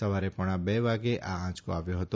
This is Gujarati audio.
સવારે પોણા બે વાગે આ આંચકો આવ્યો હતો